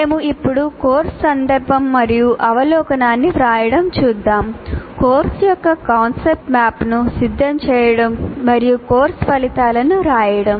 మేము ఇప్పుడు కోర్సు సందర్భం మరియు అవలోకనాన్ని వ్రాయడం చూద్దాం కోర్సు యొక్క కాన్సెప్ట్ మ్యాప్ను సిద్ధం చేయడం మరియు కోర్సు ఫలితాలను రాయడం